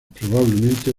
probablemente